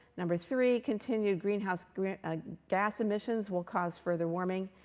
number three, continued greenhouse greenhouse ah gas emissions will cause further warming.